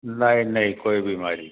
नहीं नहीं कोई बीमारी नहीं है